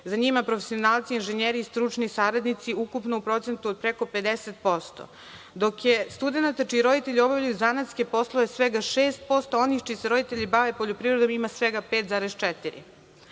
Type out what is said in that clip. za njima profesionalci, inženjeri i stručni saradnici, ukupno u procentu od preko 50%, dok je studenata čiji roditelji obavljaju zanatske poslove svega 6%, a onih čiji se roditelji bave poljoprivredom ima svega 5,4%.